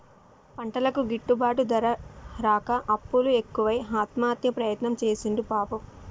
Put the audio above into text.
పంటలకు గిట్టుబాటు ధర రాక అప్పులు ఎక్కువై ఆత్మహత్య ప్రయత్నం చేసిండు పాపం